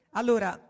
allora